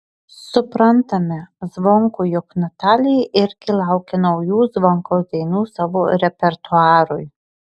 suprantame zvonkų juk natalija irgi laukia naujų zvonkaus dainų savo repertuarui